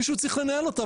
מישהו צריך לנהל אותה,